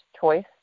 choice